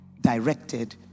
directed